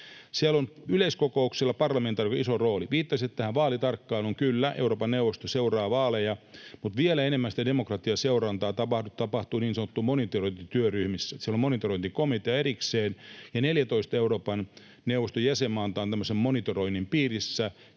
Siellä on yleiskokouksissa parlamentaarikoilla iso rooli. Viittasitte tähän vaalitarkkailuun: Kyllä, Euroopan neuvosto seuraa vaaleja, mutta vielä enemmän sitä demokratiaseurantaa tapahtuu niin sanotuissa monitorointityöryhmissä. Siellä on monitorointikomitea erikseen, ja 14 Euroopan neuvoston jäsenmaata on tämmöisen monitoroinnin piirissä, joka on